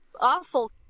awful